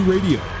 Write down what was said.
Radio